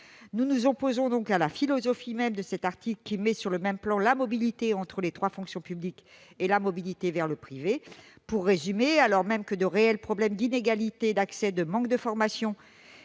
Nous nous opposons donc à la philosophie même de cet article, qui met sur le même plan la mobilité entre les trois fonctions publiques et la mobilité vers le privé. Pour résumer, alors que de réels problèmes d'inégalité d'accès, de manque de formation